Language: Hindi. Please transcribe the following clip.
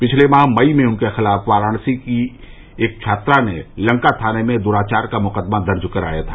पिछले माह मई में उनके खिलाफ वाराणसी की एक छात्रा ने लंका थाने में दुराचार का मुकदमा दर्ज कराया था